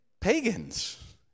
pagans